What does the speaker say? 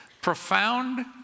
profound